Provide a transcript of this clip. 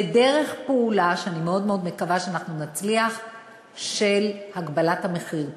ודרך פעולה שאני מאוד מאוד מקווה שנצליח בה היא של הגבלת המחיר,